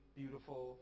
beautiful